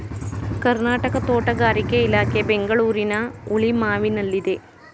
ಕರ್ನಾಟಕ ತೋಟಗಾರಿಕೆ ಇಲಾಖೆ ಬೆಂಗಳೂರಿನ ಹುಳಿಮಾವಿನಲ್ಲಿದೆ